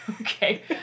Okay